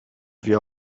wir